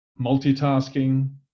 multitasking